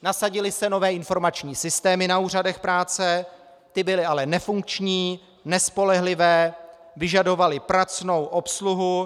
Nasadily se nové informační systémy na úřadech práce, ty byly ale nefunkční, nespolehlivé, vyžadovaly pracnou obsluhu.